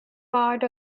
part